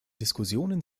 diskussionen